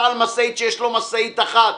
בעל משאית שיש לו משאית אחת.